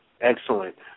Excellent